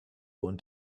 und